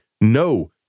No